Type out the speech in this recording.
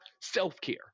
self-care